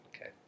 Okay